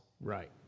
Right